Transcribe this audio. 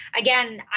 again